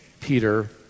Peter